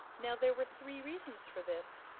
now there were three reasons for this.